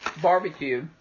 barbecue